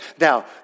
Now